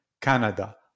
canada